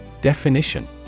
Definition